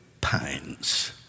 pines